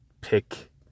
pick